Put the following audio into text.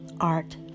Art